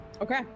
Okay